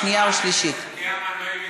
17 חברי כנסת